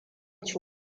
ci